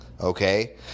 Okay